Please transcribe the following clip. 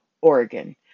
Oregon